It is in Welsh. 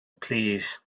plîs